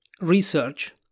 research